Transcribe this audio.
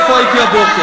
איפה הייתי הבוקר.